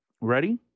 Ready